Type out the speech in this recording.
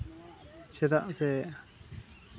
ᱪᱮᱫᱟᱜ ᱡᱮ